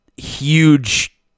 huge